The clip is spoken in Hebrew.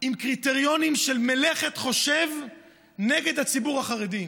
עם קריטריונים של מלאכת חושב נגד הציבור החרדי.